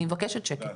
אני מבקשת שקט,